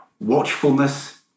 watchfulness